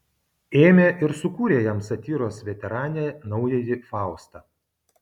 ėmė ir sukūrė jam satyros veteranė naująjį faustą